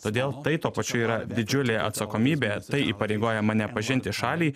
todėl tai tuo pačiu yra didžiulė atsakomybė tai įpareigoja mane pažinti šalį